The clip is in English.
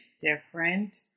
different